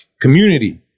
community